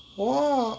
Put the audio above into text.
!wow!